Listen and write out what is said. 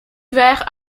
vert